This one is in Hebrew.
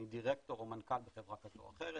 דירקטור או מנכ"ל בחברה כזו או אחרת.